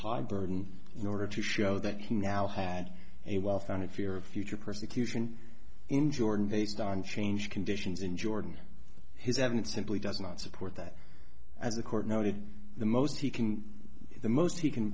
high burden in order to show that he now had a well founded fear of future persecution in jordan based on changed conditions in jordan his haven't simply does not support that as the court noted the most he can the most he can